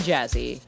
Jazzy